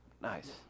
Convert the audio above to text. Nice